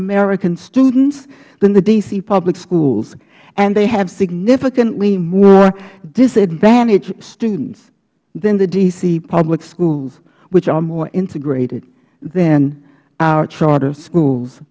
american students than the d c public schools and they have significantly more disadvantaged students than the d c public schools which are more integrated than our charter schools